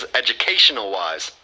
educational-wise